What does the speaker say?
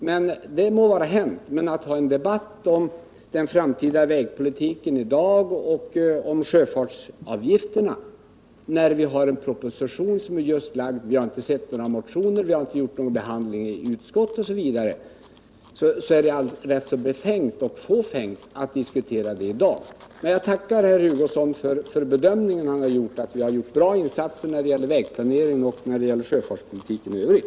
Men det är befängt och fåfängt att ha en debatt om den framtida vägpolitiken och om sjöfartsavgifterna i dag när propositionen just har framlagts, när vi inte sett några motioner och inte behandlat ärendet i utskottet. Men jag tackar herr Hugosson för hans omdöme att vi gjort bra insatser när det gäller vägplaneringen och sjöfartspolitiken i övrigt.